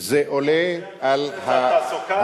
זה עולה על, לזה אתה קורא תעסוקה?